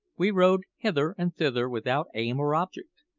we rowed hither and thither without aim or object.